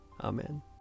Amen